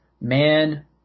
man